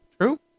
True